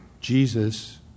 Jesus